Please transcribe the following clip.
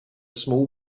small